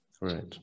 Right